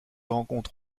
rencontre